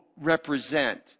represent